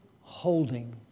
holding